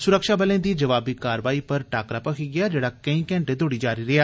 सुरक्षाबलें दी जवाबी कारवाई पर टाकरा भखी गेया जेड़ा कैंई घंटे तोड़ी जारी रेया